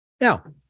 Now